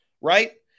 right